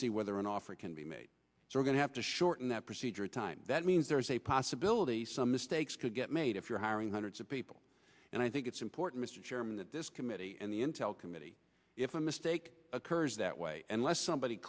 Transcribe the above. see whether an offer can be made so we're going to have to shorten that procedure time that means there's a possibility some mistakes could get made if you're hiring hundreds of people and i think it's important to chairman that this committee and the intel committee if a mistake occurs that way unless somebody